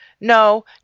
No